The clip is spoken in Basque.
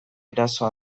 eraso